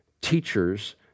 teachers